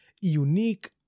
unique